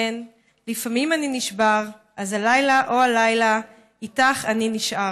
כן / לפעמים אני נשבר / אז הלילה / הו הלילה / איתך אני נשאר."